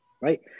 Right